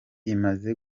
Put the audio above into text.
imaze